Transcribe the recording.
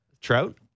Trout